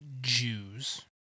Jews